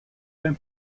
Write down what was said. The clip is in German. beim